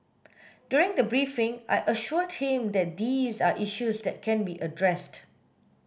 during the briefing I assured him that these are issues that can be addressed